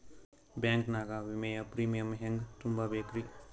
Bank ನಾಗ ವಿಮೆಯ premium ಹೆಂಗ್ ತುಂಬಾ ಬೇಕ್ರಿ?